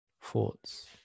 thoughts